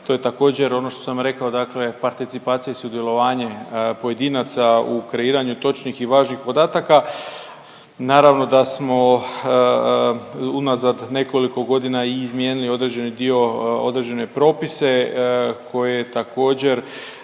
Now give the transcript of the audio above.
To je također, ono što sam rekao, dakle participacija i sudjelovanjem pojedinaca u kreiranju točnih i važnih podataka. naravno da smo unazad nekoliko godina i izmijenili određeni dio, određene propise koje također,